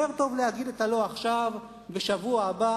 יותר טוב להגיד את ה"לא" עכשיו ובשבוע הבא